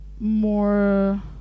more